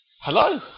Hello